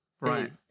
right